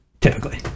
typically